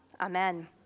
Amen